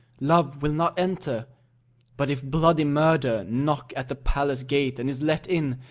love will not enter but if bloody murder knock at the palace gate and is let in,